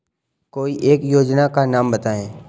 कोई एक योजना का नाम बताएँ?